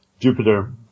Jupiter